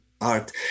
art